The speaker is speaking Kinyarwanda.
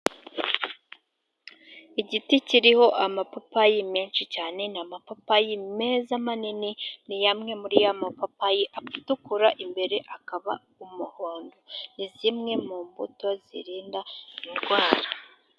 Igiti kiriho amapapayi menshi cyane ni amapapayi meza manini ni amwe muri y'amapapayi atukura imbere akaba umuhondo ni zimwe mu mbuto zirinda indwara.